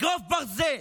אגרוף ברזל